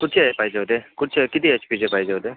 कुठचे हे पाहिजे होते कुठचे किती एच पीचे पाहिजे होते